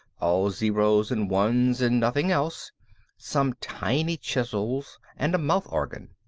all zeros and ones and nothing else some tiny chisels and a mouth organ.